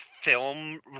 film